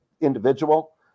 individual